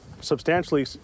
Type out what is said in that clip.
substantially